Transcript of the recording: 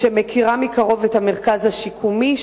שמכירה מקרוב את המרכז השיקומי,